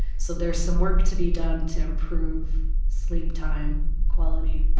so there is some work to be done to improve sleep time quality.